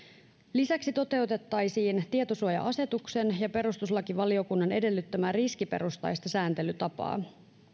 lisäksi toteutettaisiin tietosuoja asetuksen ja perustuslakivaliokunnan edellyttämää riskiperustaista sääntelytapaa